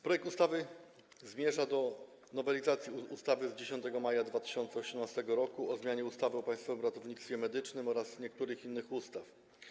Projekt ustawy zmierza do nowelizacji ustawy z dnia 10 maja 2018 r. o zmianie ustawy o Państwowym Ratownictwie Medycznym oraz niektórych innych ustaw.